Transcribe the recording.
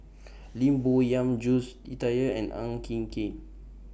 Lim Bo Yam Jules Itier and Ang Hin Kee